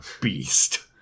beast